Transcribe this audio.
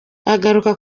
agaruka